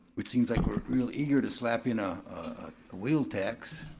it seems like we're real eager to slap in a ah wheel tax.